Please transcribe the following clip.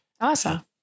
Awesome